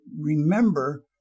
remember